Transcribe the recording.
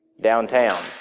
downtown